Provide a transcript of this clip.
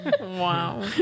Wow